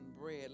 bread